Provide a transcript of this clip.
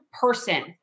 person